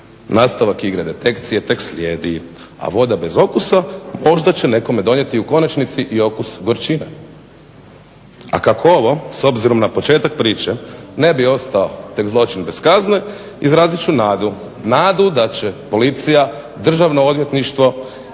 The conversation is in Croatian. Nastavak igre detekcije tek slijedi, a voda bez okusa možda će nekome donijeti u konačnici i okus gorčine. A kako ovo, s obzirom na početak priče, ne bi ostao tek zločin bez kazne izrazit ću nadu. Nadu da će policija, Državno odvjetništvo